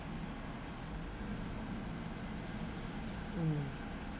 mm